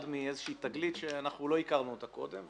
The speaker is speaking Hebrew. מאיזושהי תגלית שאנחנו לא הכרנו אותה קודם,